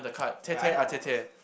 wait I need a first